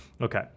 Okay